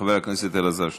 חבר הכנסת אלעזר שטרן.